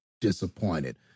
disappointed